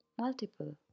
multiple